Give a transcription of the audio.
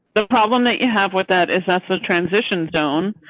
the problem that you have with that is that's the transition zone,